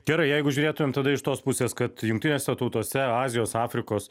gerai jeigu žiūrėtumėm tada iš tos pusės kad jungtinėse tautose azijos afrikos